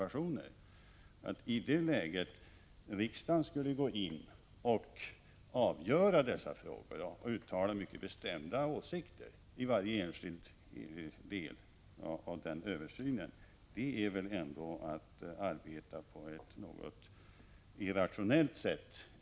Att i det läget riksdagen skulle gå in och avgöra dessa frågor, eller uttala mycket bestämda åsikter i varje enskild del av den översynen, vore väl ändå att arbeta på ett något irrationellt sätt.